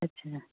ਅੱਛਿਆ